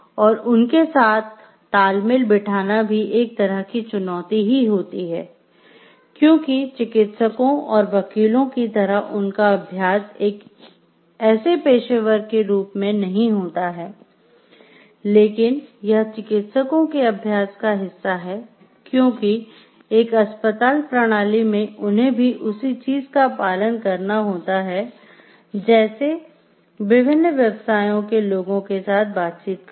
और उनके साथ तालमेल बिठाना भी एक तरह की चुनौती ही होती है क्योंकि चिकित्सकों और वकीलों की तरह उनका अभ्यास एक ऐसे पेशेवर के रूप मे नहीं होता है लेकिन यह चिकित्सकों के अभ्यास का हिस्सा हैं क्योंकि एक अस्पताल प्रणाली मे उन्हें भी उसी चीज का पालन करना होता है जैसे विभिन्न व्यवसायों के लोगों के साथ बातचीत करना